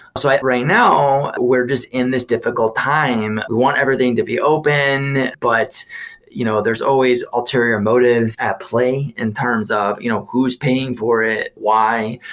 so right now, we're just in this difficult time. we want everything to be open, but you know there's always ulterior motives at play in terms of you know who's paying for it? why?